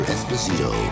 Esposito